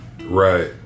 Right